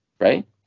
right